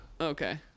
Okay